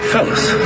Fellas